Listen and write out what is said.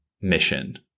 mission